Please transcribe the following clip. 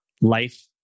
life